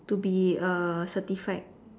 to be a certified